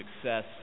success